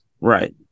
Right